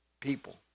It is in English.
people